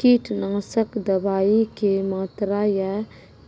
कीटनासक दवाई के मात्रा या